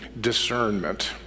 discernment